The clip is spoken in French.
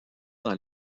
dans